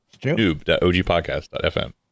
Noob.ogpodcast.fm